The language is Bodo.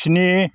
स्नि